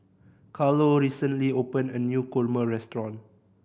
Carlo recently opened a new kurma restaurant